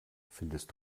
findest